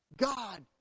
God